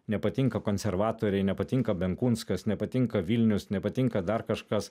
nepatinka konservatoriai nepatinka benkunskas nepatinka vilnius nepatinka dar kažkas